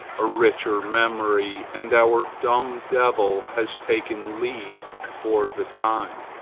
a richer memory, and our dumb devil has taken leave for the time.